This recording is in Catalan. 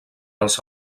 els